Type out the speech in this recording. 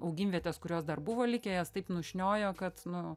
augimvietes kurios dar buvo likę jas taip nušniojo kad nu